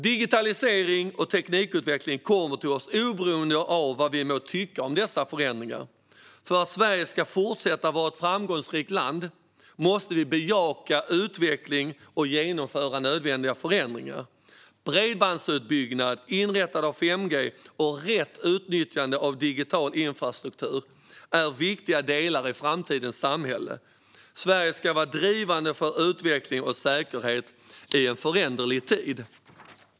Digitalisering och teknikutveckling kommer till oss oberoende av vad vi må tycka om dessa förändringar. För att Sverige ska fortsätta att vara ett framgångsrikt land måste vi bejaka utveckling och genomföra nödvändiga förändringar. Bredbandsutbyggnad, inrättande av 5G och rätt utnyttjande av digital infrastruktur är viktiga delar i framtidens samhälle. Sverige ska vara drivande för utveckling och säkerhet i en föränderlig tid.